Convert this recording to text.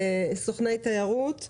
סוכני תיירות,